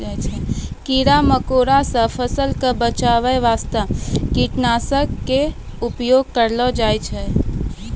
कीड़ा मकोड़ा सॅ फसल क बचाय वास्तॅ कीटनाशक के उपयोग करलो जाय छै